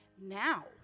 now